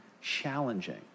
challenging